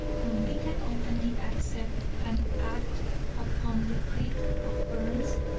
when we can openly accept and act upon the creed of burns,